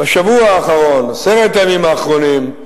בשבוע האחרון, בעשרת הימים האחרונים,